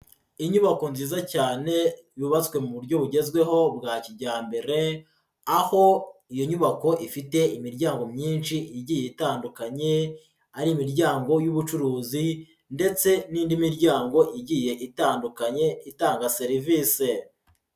Inyubako nziza cyane yubatswe mu buryo bugezweho bwa kijyambere, aho iyo nyubako ifite imiryango myinshi igiye itandukanye, ari imiryango y'ubucuruzi ndetse n'indi miryango igiye itandukanye itanga serivise.